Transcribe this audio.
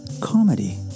comedy